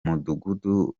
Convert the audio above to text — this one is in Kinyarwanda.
mudugudu